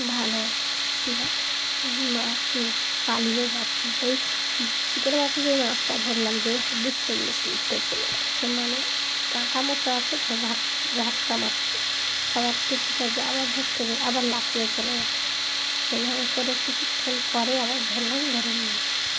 ভালো ছিলো মাছ পালিয়ে যাচ্ছে যেই ছিপের মাথা যেই মাছটা ধরলাম যেই হাতের স্লিপে চলে যাচ্ছে মানে কাঁটা মতো আছে তো মারছে আবার কিছুটা যে আবার ধরতে যাই আবার লাফিয়ে চলে যাচ্ছে এইভাবে করে কিছুক্ষণ পরে আবার ধরলাম ধরে নিয়ে গেলাম